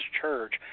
church